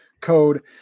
code